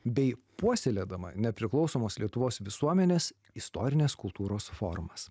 bei puoselėdama nepriklausomos lietuvos visuomenės istorinės kultūros formas